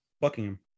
Buckingham